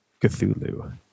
Cthulhu